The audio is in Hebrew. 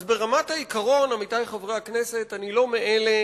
אז ברמת העיקרון, עמיתי חברי הכנסת, אני לא מאלה